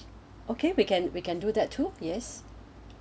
okay we can we can do that too yes